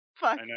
Fuck